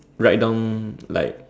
write down like